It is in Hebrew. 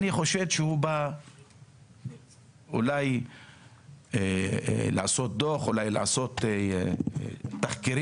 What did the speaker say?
כי חושדים שהוא אולי בא לכתוב דוח או לעשות תחקירים.